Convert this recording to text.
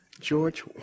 George